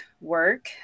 work